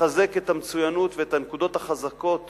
שיחזק את המצוינות ואת הנקודות החזקות